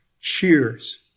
cheers